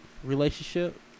relationship